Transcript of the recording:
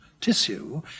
tissue